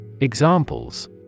Examples